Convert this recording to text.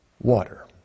water